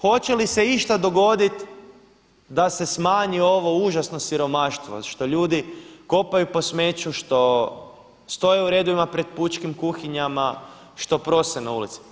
Hoće li se išta dogoditi da se smanji ovo užasno siromaštvo što ljudi kopaju po smeću što stoje u redovima pred pučkim kuhinjama, što prose na ulici?